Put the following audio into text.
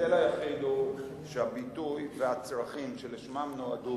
ההבדל היחיד הוא שהביטוי והצרכים שלשמם נועדה